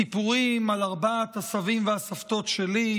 סיפור על ארבעת הסבים והסבתות שלי,